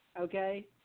Okay